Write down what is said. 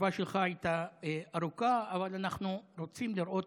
התשובה שלך הייתה ארוכה, אבל אנחנו רוצים לראות